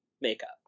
makeup